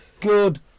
Good